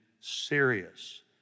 serious